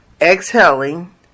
exhaling